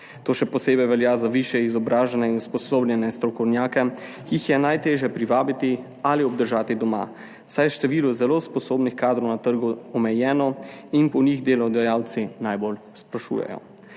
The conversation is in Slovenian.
to še posebej velja za višje izobražene in usposobljene strokovnjake, ki jih je najtežje privabiti ali obdržati doma, saj je število zelo sposobnih kadrov na trgu omejeno in po njih delodajalci najbolj sprašujejo.